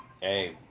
Hey